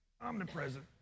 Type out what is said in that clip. Omnipresent